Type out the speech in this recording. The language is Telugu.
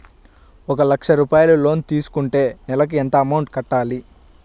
ఒక లక్ష రూపాయిలు లోన్ తీసుకుంటే నెలకి ఎంత అమౌంట్ కట్టాలి?